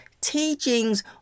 teachings